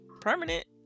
permanent